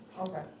Okay